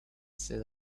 said